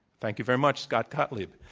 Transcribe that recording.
thank you very much, scott gottlieb.